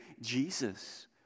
Jesus